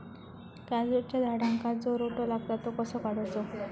काजूच्या झाडांका जो रोटो लागता तो कसो काडुचो?